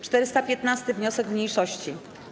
415. wniosek mniejszości.